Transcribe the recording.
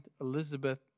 Elizabeth